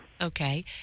Okay